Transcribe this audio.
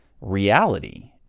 reality